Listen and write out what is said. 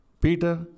Peter